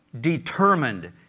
determined